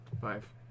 Five